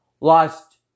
lost